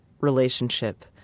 relationship